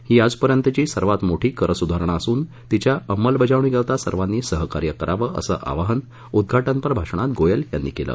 ही आजपर्यंतची सर्वात मोठी कर सुधारणा असून तिच्या अंमलबजावणीकरता सर्वांनी सहकार्य करावं असं आवाहन उद्दाटनपर भाषणात गोयल यांनी केलं